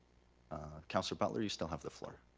ah councilor butler you still have the floor.